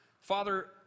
Father